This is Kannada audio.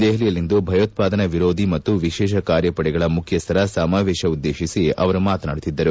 ದೆಹಲಿಯಲ್ಲಿಂದು ಭಯೋತ್ವಾದನಾ ವಿರೋಧಿಪಡೆ ಮತ್ತು ವಿಶೇಷ ಕಾರ್ಪಡೆಗಳ ಮುಖ್ಯಸ್ಥರ ಸಮಾವೇಶ ಉದ್ದೇಶಿಸಿ ಅವರು ಮಾತನಾಡುತಿದ್ದರು